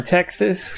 Texas